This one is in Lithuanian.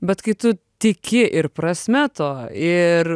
bet kai tu tiki ir prasme to ir